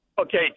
Okay